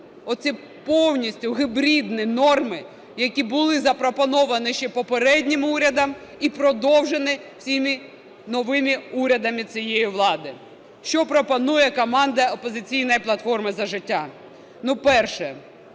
оці повністю гібридні норми, які були запропоновані ще попереднім урядом і продовжені цими новими урядами цієї влади. Що пропонує команда "Опозиційної платформи – За життя". Ну, перше,